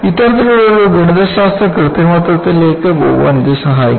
ഇത്തരത്തിലുള്ള ഒരു ഗണിതശാസ്ത്ര കൃത്രിമത്വത്തിലേക്ക് പോകാൻ ഇത് സഹായിക്കുന്നു